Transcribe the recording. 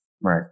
Right